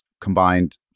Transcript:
combined